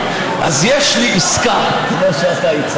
אבל בואו נזכור: מדובר הרבה פעמים בילדות,